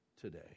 today